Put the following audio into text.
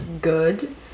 good